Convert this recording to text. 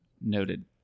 noted